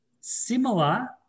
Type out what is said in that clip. similar